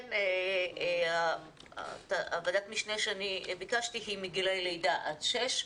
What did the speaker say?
לכן ועדת המשנה שאני ביקשתי היא מגילאי לידה עד שש,